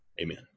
Amen